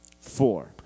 four